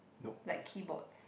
like keyboards